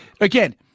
again